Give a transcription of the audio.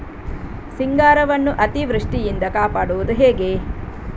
ಸಿಂಗಾರವನ್ನು ಅತೀವೃಷ್ಟಿಯಿಂದ ಕಾಪಾಡುವುದು ಹೇಗೆ?